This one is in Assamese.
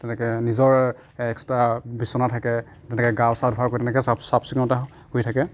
তেনেকৈ নিজৰ এক্সত্ৰা বিছনা থাকে তেনেকৈ গা চা ধোৱা প্ৰতি তেনেকৈ চাফ চিকুণতা হৈ থাকে